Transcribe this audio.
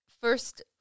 first